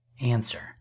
Answer